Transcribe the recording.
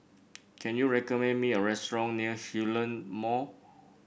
can you recommend me a restaurant near Hillion Mall